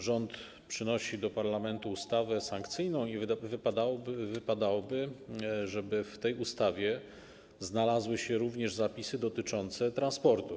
Rząd przynosi do parlamentu ustawę sankcyjną i wypadałoby, żeby w tej ustawie znalazły się również zapisy dotyczące transportu.